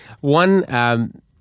one –